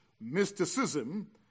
mysticism